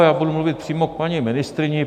Já budu mluvit přímo k paní ministryni.